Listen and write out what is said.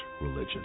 religion